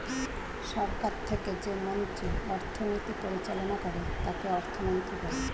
সরকার থেকে যে মন্ত্রী অর্থনীতি পরিচালনা করে তাকে অর্থমন্ত্রী বলে